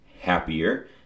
happier